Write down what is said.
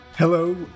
Hello